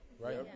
Right